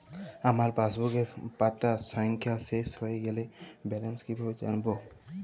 আমার পাসবুকের পাতা সংখ্যা শেষ হয়ে গেলে ব্যালেন্স কীভাবে জানব?